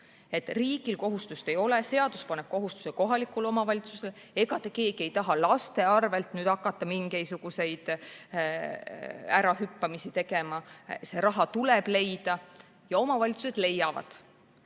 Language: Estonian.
Riigil kohustust ei ole, seadus paneb selle kohustuse kohalikule omavalitsusele ja ega te keegi ei taha laste arvel nüüd hakata mingisuguseid ärahüppamisi tegema. See raha tuleb leida ja omavalitsused leiavad.